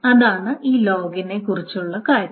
അതാണ് ഈ ലോഗിനെ കുറിച്ചുള്ള കാര്യം